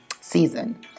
season